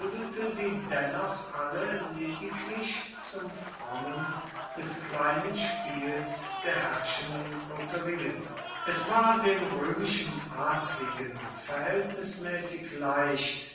dennoch alle lediglich zum frommen des kleinen spiels der herrschenden koterien es war dem römischen adligen verhältnismäßig leicht